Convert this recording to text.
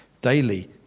Daily